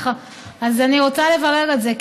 אז אני רוצה לברר את זה.